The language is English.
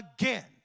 again